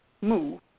move